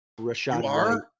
Rashad